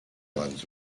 islands